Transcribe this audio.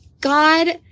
God